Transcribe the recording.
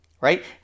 Right